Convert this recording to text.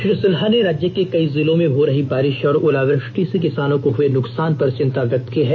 श्री सिन्हा ने राज्य के कई जिलों में हो रही बारिश और ओलावृष्टि से किसानों को हए नुकसान पर चिंता व्यक्त की है